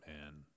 man